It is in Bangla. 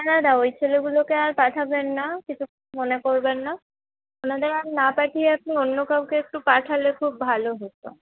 হ্যাঁ দাদা ওই ছেলেগুলোকে আর পাঠাবেন না কিছু মনে করবেন না ওনাদের আর না পাঠিয়ে আপনি অন্য কাউকে একটু পাঠালে খুব ভালো হত